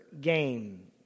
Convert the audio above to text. game